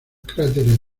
cráteres